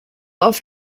oft